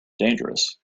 dangerous